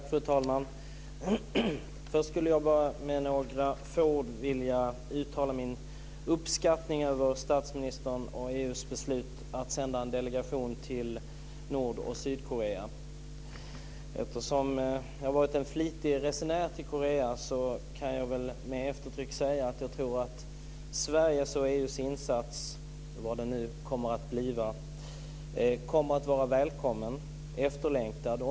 Fru talman! Först vill jag med några få ord uttala min uppskattning över statsministerns och EU:s beslut att sända en delegation till Nord och Sydkorea. Eftersom jag har varit en flitig resenär till Korea, kan jag med eftertryck säga att Sveriges och EU:s insats - vad den nu kommer att bliva - kommer att vara välkommen och efterlängtad.